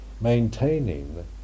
maintaining